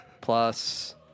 plus